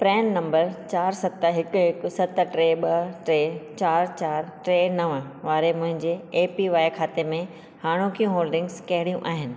Pran number चार सत हिकु हिकु सत टे ॿ टे चारि चारि टे नव वारे मुंहिंजे ऐ पी वाए खाते मे हाणोकियूं होल्डिंगस कहिड़ियूं आहिनि